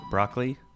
Broccoli